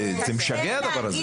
זה משגע, הדבר הזה.